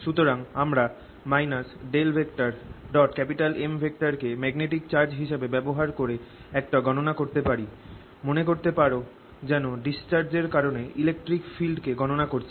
সুতরাং আমরা M কে ম্যাগনেটিক চার্জ হিসাবে ব্যবহার করে একটা গণনা করতে পারি মনে করতে পার যেন ডিসচার্জের কারণে ইলেকট্রিক ফিল্ড কে গণনা করছি